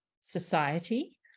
society